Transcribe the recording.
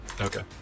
Okay